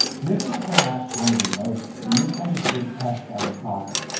this is perhaps one of the most misunderstood tests of a prophet.